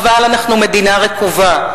אבל אנחנו מדינה רקובה,